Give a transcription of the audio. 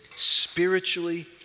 spiritually